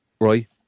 right